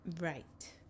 Right